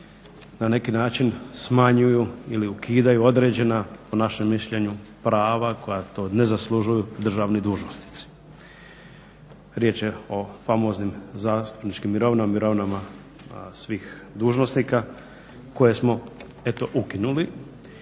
na neki način smanjuju ili ukidaju određena, po našem mišljenju, prava koja to ne zaslužuju državni dužnosnici. Riječ je o famoznim zastupničkim mirovinama, mirovinama svih dužnosnika koje smo eto ukinuli